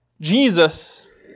Jesus